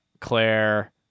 Claire